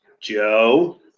Joe